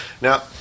Now